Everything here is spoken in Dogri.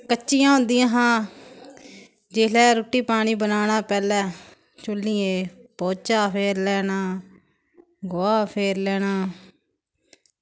कच्चियां होंदियां हां जिसलै रुट्टी पानी बनाना पैह्लें चुल्हियै पौह्चा फेरी लैना गोहा फेरी लैना